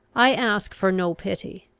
i ask for no pity,